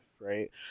right